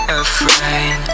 afraid